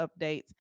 updates